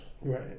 Right